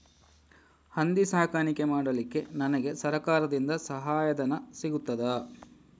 ಹಂದಿ ಸಾಕಾಣಿಕೆ ಮಾಡಲಿಕ್ಕೆ ನನಗೆ ಸರಕಾರದಿಂದ ಸಹಾಯಧನ ಸಿಗುತ್ತದಾ?